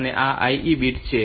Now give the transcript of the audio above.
તો આ I E bits છે